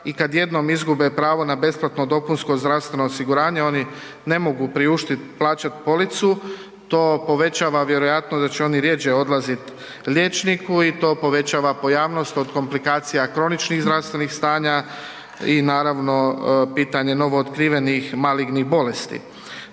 i kada jednom izgube pravo na besplatno DZO oni ne mogu priuštit plaćati policu, to povećava vjerojatnost da će oni rjeđe odlazit liječniku i to povećava pojavnost od komplikacija kroničnih zdravstvenih stanja i naravno pitanje novootkrivenih malignih bolesti.